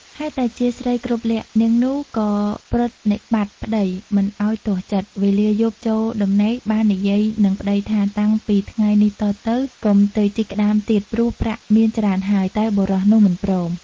ហេតុតែជាស្រីគ្រប់លក្ខណ៍នាងនោះក៏ប្រណិប័តន៍ប្ដីមិនឲ្យទាស់ចិត្ត វេលាយប់ចូលដំណេកបាននិយាយនឹងប្ដីថាតាំងពីថ្ងៃនេះតទៅ កុំទៅជីកក្ដាមទៀតព្រោះប្រាក់មានច្រើនហើយ តែបុរសនោះមិនព្រម ។